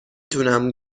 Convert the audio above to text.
تونم